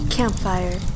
Campfire